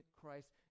Christ